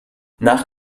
nach